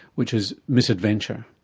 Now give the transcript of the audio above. which is misadventure,